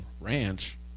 Ranch